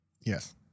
Yes